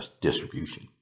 distribution